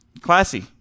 Classy